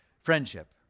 friendship